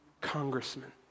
congressman